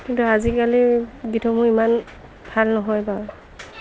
কিন্তু আজিকালি গীতসমূহ ইমান ভাল নহয় বাৰু